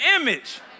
image